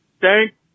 Thank